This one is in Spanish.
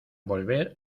volver